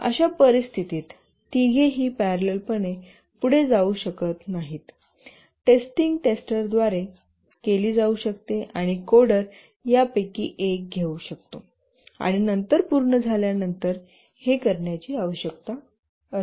अशा परिस्थितीत तिघेही प्यारेलल पणे पुढे जाऊ शकत नाहीत टेस्टिंग टेस्टरद्वारे केली जाऊ शकते आणि कोडर यापैकी एक घेऊ शकतो आणि नंतर पूर्ण झाल्यानंतर हे करण्याची आवश्यकता असते